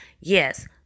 yes